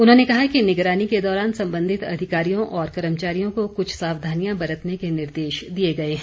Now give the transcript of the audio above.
उन्होंने कहा कि निगरानी के दौरान संबंधित अधिकारियों और कर्मचारियों को कुछ सावधानियां बरतने के निर्देश दिए गए हैं